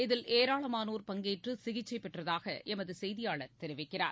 இதில் ஏராளமானோர் பங்கேற்றுசிகிச்சைபெற்றதாகளமதுசெய்தியாளர் தெரிவிக்கிறார்